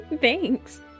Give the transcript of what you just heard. Thanks